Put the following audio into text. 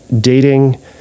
dating